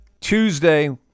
Tuesday